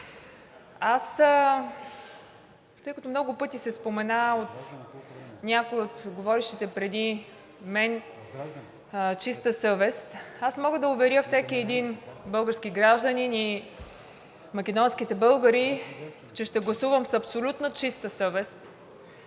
Аз, тъй като много пъти се спомена от някои от говорещите преди мен чиста съвест, аз мога да уверя всеки един български гражданин и македонските българи, че ще гласувам с абсолютна чиста съвест